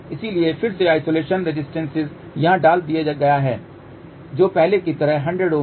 इसलिए फिर से आइसोलेशन रेसिस्टेन्से यहाँ डाल दिया गया है जो पहले की तरह 100 Ω है